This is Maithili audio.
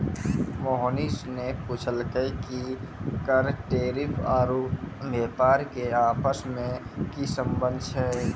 मोहनीश ने पूछलकै कि कर टैरिफ आरू व्यापार के आपस मे की संबंध छै